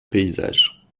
paysages